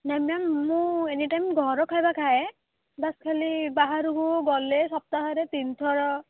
ନାହିଁ ମ୍ୟାମ୍ ମୁଁ any time ଘର ଖାଇବା ଖାଏ ବାସ୍ ଖାଲି ବାହାରକୁ ଗଲେ ସପ୍ତାହରେ ତିନ ଥର